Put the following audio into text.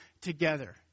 together